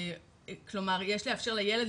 כלומר יש לאפשר לילד,